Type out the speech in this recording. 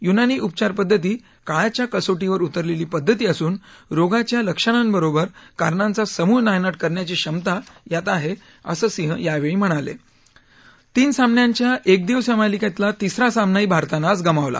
युनानी उपचार पद्धती काळाच्या कसोटीवर उतरलेली पद्धधती असून रोगाच्या लक्षणांबरोबर कारणांचा समूळ नायनाट करण्याची क्षमता यात आहे असं सिंह यावेळी म्हणाले तीन सामन्यांच्या एकदिवसीय मालिकेतला तिसरा सामनाही भारतानं आज गमावला